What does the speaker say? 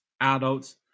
adults